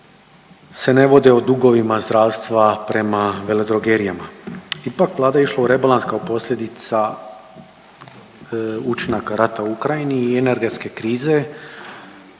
se ne vode o dugovima zdravstva prema veledrogerijama. Ipak Vlada je išla u rebalans kao posljedica učinaka rata u Ukrajini i energetske krize